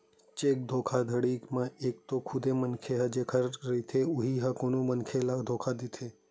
cheque धोखाघड़ी म एक तो खुदे मनखे ह जेखर चेक रहिथे उही ह कोनो मनखे ल धोखा दे देथे